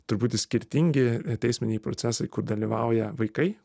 truputį skirtingi teisminiai procesai kur dalyvauja vaikai